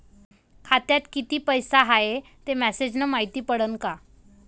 खात्यात किती पैसा हाय ते मेसेज न मायती पडन का?